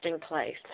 place